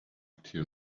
tear